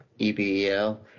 EBEL